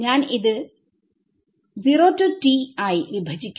ഞാൻ ഇത് 0 to t ആയി വിഭജിക്കും